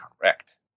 correct